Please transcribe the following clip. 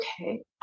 okay